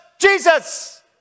Jesus